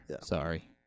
Sorry